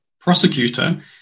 prosecutor